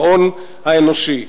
ההון האנושי,